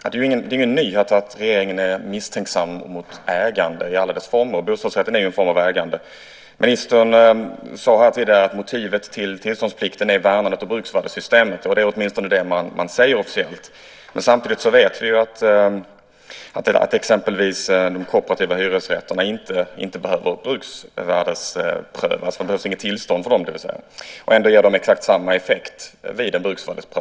Fru talman! Det är ingen nyhet att regeringen är misstänksam mot ägande i alla dess former - bostadsrätten är ju en form av ägande. Ministern sade här tidigare att motivet till att det finns en tillståndsplikt är värnandet om bruksvärdessystemet. Det är åtminstone det man säger officiellt. Samtidigt vet vi att exempelvis den kooperativa hyresrätten inte behöver bruksvärdesprövas. Det behövs alltså inget tillstånd i det fallet. Ändå blir effekten exakt densamma.